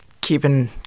keeping